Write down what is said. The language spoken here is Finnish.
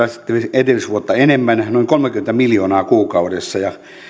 edellisvuotta enemmän noin kolmekymmentä miljoonaa kuukaudessa ja